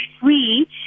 free